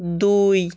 দুই